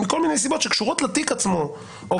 מכל מיני סיבות שקשורות לתיק עצמו או